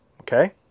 Okay